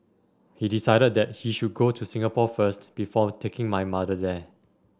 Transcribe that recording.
he decided that he should go to Singapore first before taking my mother there